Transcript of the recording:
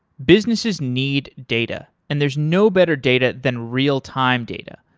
businesses need data and there's no better data than real time data,